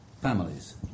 families